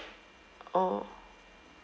oh